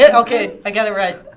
yeah okay i got it right.